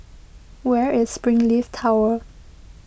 where is Springleaf Tower